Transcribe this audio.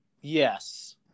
yes